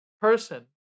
person